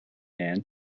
and